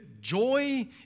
joy